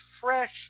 fresh